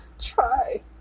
try